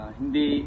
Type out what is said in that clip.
hindi